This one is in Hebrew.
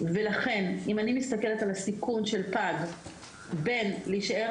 ולכן אם אני מסתכלת על הסיכון של פג בין להישאר